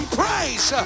praise